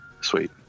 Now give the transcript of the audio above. sweet